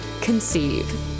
conceive